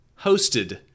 hosted